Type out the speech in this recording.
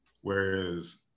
Whereas